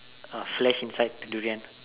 uh flesh inside the durian